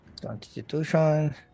Constitution